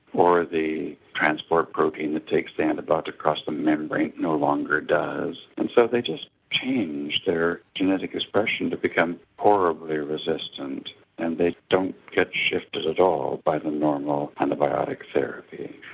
or the transport protein that takes the antibiotic across the membrane no longer does, and so they just change their genetic expression to become horribly resistant and they don't get shifted at all by the normal antibiotic therapy.